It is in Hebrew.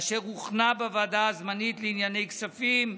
אשר הוכנה בוועדה הזמנית לענייני כספים,